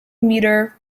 meter